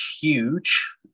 huge